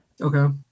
Okay